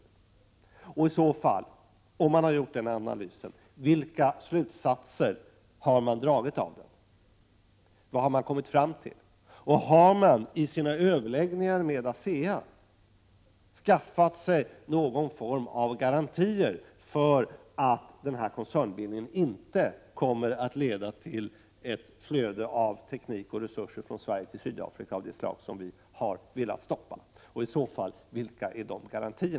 hänseende ay sämgårn: Om man gjort den analysen, vilka slutsatser har man i så fall dragit av den? Vad har man kommit fram till? Har man i sina överläggningar med ASEA skaffat sig någon form av garantier för att den här koncernbildningen inte kommer att leda till ett flöde av teknik och resurser av det slag som vi har velat stoppa från Sverige till Sydafrika? I så fall: Vilka är dessa garantier?